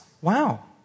Wow